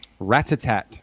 Ratatat